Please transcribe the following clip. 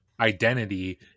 identity